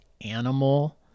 animal